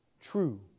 true